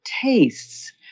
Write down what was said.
tastes